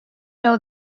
know